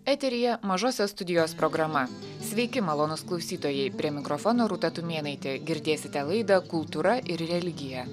eteryje mažosios studijos programa sveiki malonūs klausytojai prie mikrofono rūta tumėnaitė girdėsite laidą kultūra ir religija